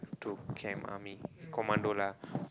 through camp army he commando lah